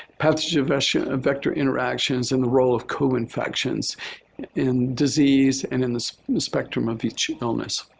pathogens of vector interactions and the role of co-infections in disease and in the spectrum of each illness.